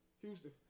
Houston